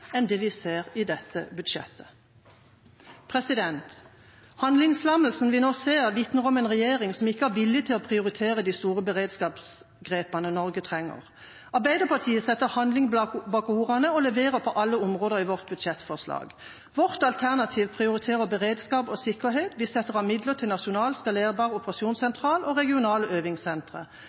enn det vi ser i dette budsjettet. Handlingslammelsen vi nå ser, vitner om en regjering som ikke har vilje til å prioritere de store beredskapsgrepene Norge trenger. Arbeiderpartiet setter handling bak ordene og leverer på alle områder i vårt budsjettforslag. Vårt alternativ prioriterer beredskap og sikkerhet. Vi setter av midler til nasjonal skalerbar operasjonssentral og regionale øvingssentre.